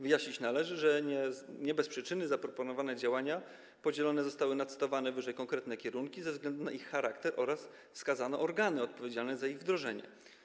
Wyjaśnić należy, że nie bez przyczyny zaproponowane działania zostały podzielone na cytowane wyżej konkretne kierunki ze względu na ich charakter oraz wskazano organy odpowiedzialne za ich wdrożenie.